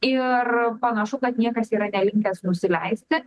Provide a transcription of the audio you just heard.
ir panašu kad niekas yra nelinkęs nusileisti